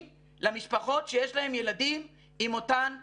למשפחות שיש להם ילדים עם אותן תסמונות.